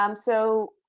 um so